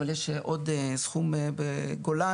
אבל יש עוד סכום בגולן.